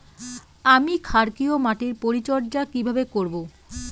আমি ক্ষারকীয় মাটির পরিচর্যা কিভাবে করব?